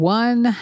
one